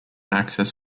access